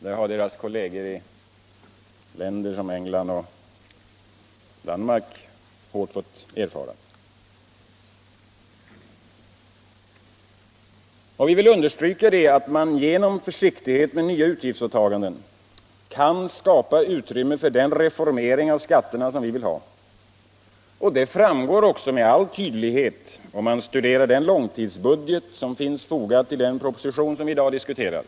Det har deras kolleger i länder som England och Danmark hårt fått erfara. Vi vill understryka att man genom försiktighet med nya utgiftsåta ganden kan skapa utrymme för den reformering av skatterna som vi begär. Det framgår med all tydlighet om man studerar den långtidsbudget som finns fogad till den proposition vi i dag diskuterar.